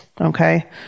Okay